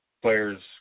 Players